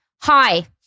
Hi